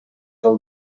del